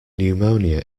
pneumonia